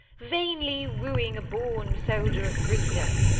vainly wooing a born soldier of freedom.